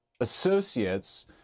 associates